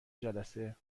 جلسه